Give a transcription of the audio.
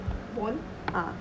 bone